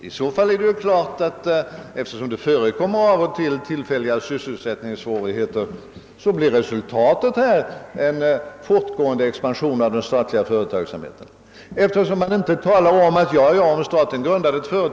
I så fall är det klart att resultatet blir en fortgående expansion av den statliga företagsamheten, eftersom det av och till förekommer tillfälliga sysselsättningssvårigheter.